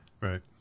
Right